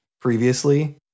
previously